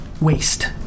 waste